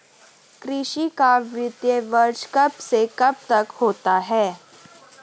कृषि का वित्तीय वर्ष कब से कब तक होता है?